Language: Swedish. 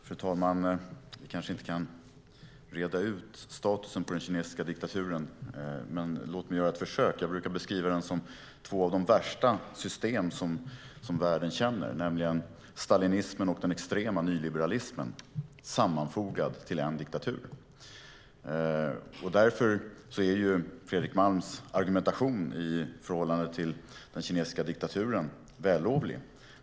Fru talman! Jag kanske inte kan reda ut statusen på den kinesiska diktaturen, men låt mig göra ett försök. Jag brukar beskriva den som två av de värsta system som världen känner, nämligen stalinismen och den extrema nyliberalismen sammanfogade till en diktatur. Därför är Fredrik Malms argumentation i förhållande till den kinesiska diktaturen vällovlig.